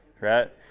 right